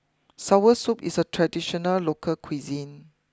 Sour Soup is a traditional local cuisine